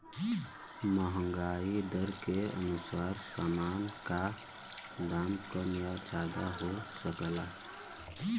महंगाई दर के अनुसार सामान का दाम कम या ज्यादा हो सकला